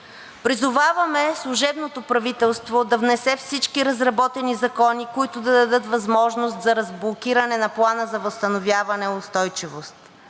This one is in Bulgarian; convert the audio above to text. Призоваваме служебното правителство да внесе всички разработени закони, които да дадат възможност за разблокиране на Плана за възстановяване и устойчивост,